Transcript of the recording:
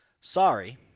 Sorry